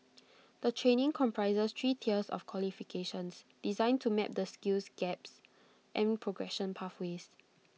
the training comprises three tiers of qualifications designed to map the skills gaps and progression pathways